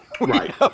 right